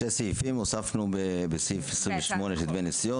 שני סעיפים הוספנו בסעיף 28 של דמי נסיעות